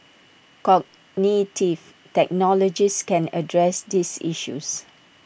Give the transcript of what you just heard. cognitive technologies can address these issues